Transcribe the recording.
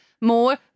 More